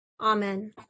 Amen